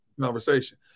Conversation